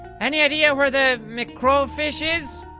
any idea where the microfish is?